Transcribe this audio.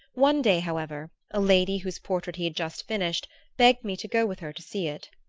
one day, however, a lady whose portrait he had just finished begged me to go with her to see it.